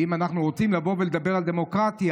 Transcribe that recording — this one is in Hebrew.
ואם אנחנו רוצים לבוא ולדבר על דמוקרטיה,